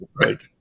right